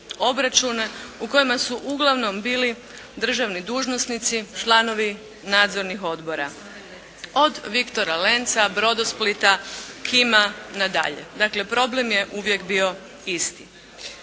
obračune u kojima su uglavnom bili državni dužnosnici članovi nadzornih odbora od "Viktora Lenca", "Brodosplita", "KIM-a" na dalje. Dakle problem je uvijek bio isti.